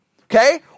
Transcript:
Okay